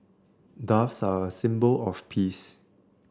doves are a symbol of peace